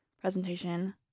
presentation